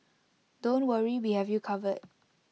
don't worry we have you covered